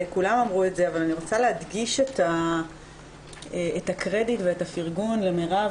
כולם אמרו את זה אבל אני רוצה להדגיש את הקרדיט והפרגון למרב